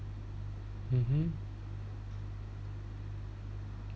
mmhmm